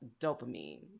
dopamine